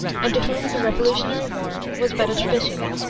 and to whom the revolutionary war was but a tradition.